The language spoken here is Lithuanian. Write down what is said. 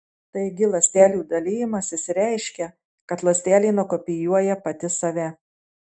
taigi ląstelių dalijimasis reiškia kad ląstelė nukopijuoja pati save